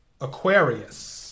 Aquarius